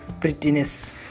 prettiness